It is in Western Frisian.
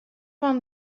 fan